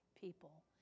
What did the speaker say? people